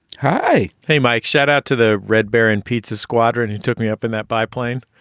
hi hey mike shout out to the red baron pizza squadron he took me up in that biplane.